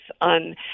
on